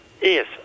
Yes